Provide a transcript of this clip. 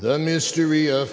the mystery of